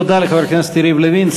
תודה לחבר הכנסת יריב לוין.